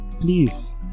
please